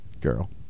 Girl